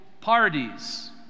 parties